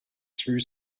through